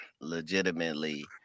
legitimately